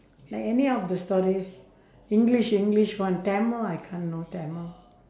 like any of the story english english one tamil I can't no tamil